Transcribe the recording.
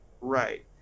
Right